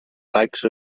like